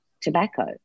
tobacco